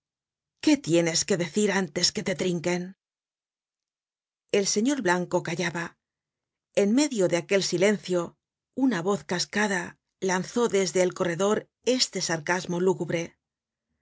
qué tienes que decir antes que te trinquen el señor blanco callaba en medio de aquel silencio una voz cascada lanzó desde el corredor este sarcasmo lúgubre